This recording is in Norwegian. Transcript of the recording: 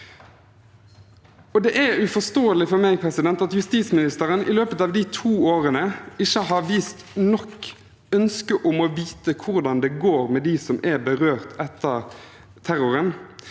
Det er uforståelig for meg at justisministeren i løpet av de to årene ikke har vist ønske nok om å vite hvordan det går med dem som er berørt etter terroren,